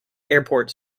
airport